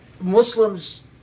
Muslims